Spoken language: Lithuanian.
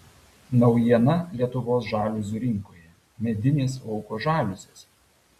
naujiena lietuvos žaliuzių rinkoje medinės lauko žaliuzės